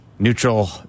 neutral